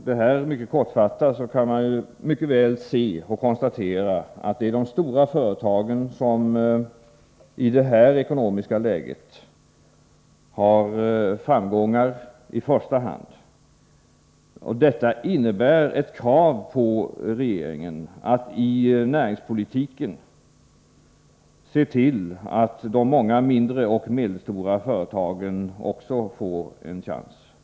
Man kan mycket väl konstatera att det i första hand är de stora företagen som i det här ekonomiska läget har framgångar. Detta innebär ett förstärkt krav på att regeringen i näringspolitiken ser till att de många mindre och medelstora företagen också får en chans.